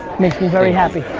makes me very happy,